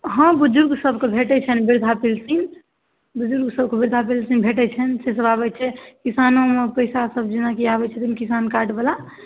हँ बुजुर्गसभकेँ भेटै छनि वृद्धा पेंशन बुजुर्गसभके वृद्धा पेंशन भेटै छनि सेसभ आबै छै किसानोमे पैसासभ जेनाकि आबै छै किसान कार्डवला